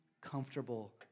comfortable